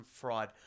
fraud